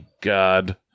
God